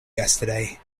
yesterday